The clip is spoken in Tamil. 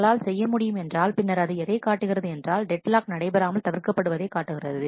உங்களால் செய்ய முடியும் என்றால் பின்னர் அது எதைக் காட்டுகிறது என்றால் டெட் லாக் நடைபெறாமல் தவிர்க்கப்பட்டதை காட்டுகிறது